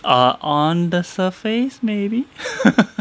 err on the surface maybe